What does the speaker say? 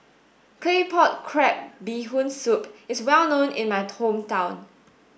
claypot crab bee hoon soup is well known in my hometown